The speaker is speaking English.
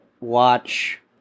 watch